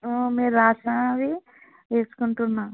మీరు రాసినవి వేసుకుంటున్న